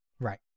Right